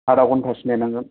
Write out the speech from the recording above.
आदा घन्टासे नेनांगोन